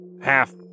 half